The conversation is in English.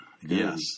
Yes